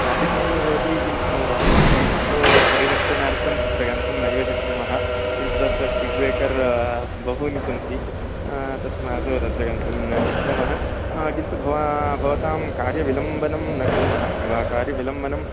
traffic नैव भवति किन्तु अस्माकम् आटो परिरक्षणार्थं तत्र गन्तुं नैव शक्नुमः किन्तु तत्र स्पीड् ब्रेकर् बहूनि सन्ति तस्मात् तत्र गन्तुं न शक्नुमः किन्तु भवा भवतां कार्यविलम्बनं न कुर्मः कार्य विलम्बनं